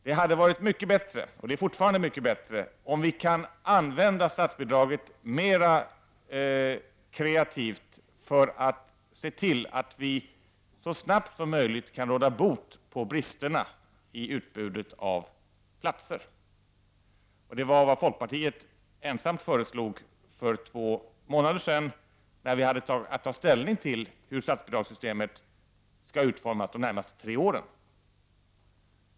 Det vore mycket bättre om vi i stället kunde använda statsbidraget mer kreativt för att se till att vi så snabbt som möjligt kan råda bot på bristerna i utbudet av platser. Detta var vad folkpartiet ensamt föreslog för två månader sedan, när vi hade att ta ställning till hur statsbidragssystemet skall utformas för de närmaste tre åren.